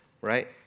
right